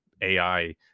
AI